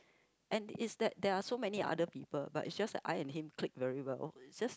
and is that they are so many other people but is just I am him clique very well